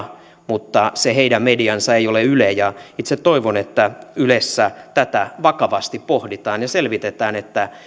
mutta se heidän mediansa ei ole yle ja itse toivon että ylessä tätä vakavasti pohditaan ja selvitetään